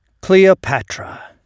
Cleopatra